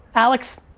alex?